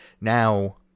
now